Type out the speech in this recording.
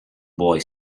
boy